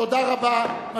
תודה רבה.